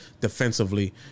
defensively